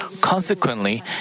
Consequently